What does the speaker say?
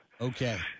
Okay